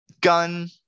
gun